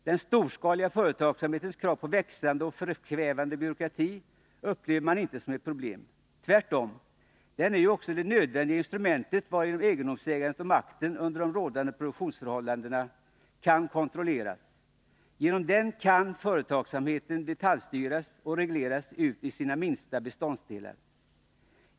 Den storskaliga företagsamhetens krav på växande och förkvävande byråkrati upplever man inte som ett problem. Tvärtom. Den är ju också det nödvändiga instrument varigenom egendomsägandet och makten under de rådande produktionsförhållandena kan kontrolleras. Genom den kan ”företagsamheten” detaljstyras och regleras ut i sina minsta beståndsdelar.